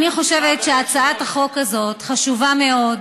אני חושבת שהצעת החוק הזאת חשובה מאוד,